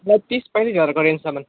ल तिस पैँतिस हजारको रेन्जसम्म